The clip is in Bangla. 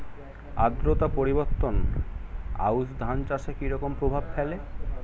আদ্রতা পরিবর্তন আউশ ধান চাষে কি রকম প্রভাব ফেলে?